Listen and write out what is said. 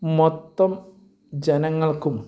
മൊത്തം ജനങ്ങൾക്കും